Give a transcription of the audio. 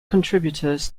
contributors